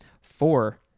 Four